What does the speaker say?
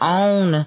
own